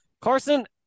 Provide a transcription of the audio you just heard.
Carson